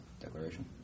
declaration